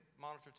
monitor